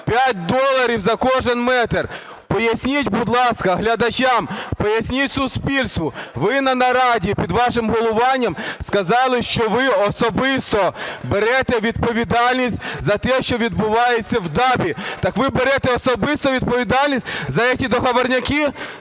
5 доларів за кожен метр". Поясніть, будь ласка, глядачам, поясніть суспільству. Ви на нараді під вашим головуванням сказали, що ви особисто берете відповідальність за те, що відбувається в ДАБІ. Так ви берете особисту відповідальність за ці договорняки,